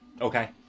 Okay